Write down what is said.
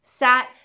sat